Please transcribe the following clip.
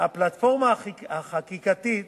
הפלטפורמה החקיקתית